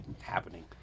happening